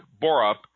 Borup